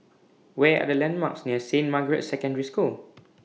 Where Are The landmarks near Saint Margaret's Secondary School